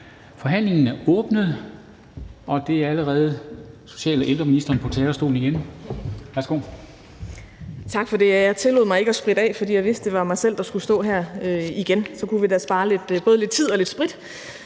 på talerstolen. Værsgo. Kl. 12:17 Social- og ældreministeren (Astrid Krag): Tak for det. Jeg tillod mig at undlade at spritte af, fordi jeg vidste, at det var mig, der skulle stå her igen; så kunne vi da spare både lidt tid og lidt sprit.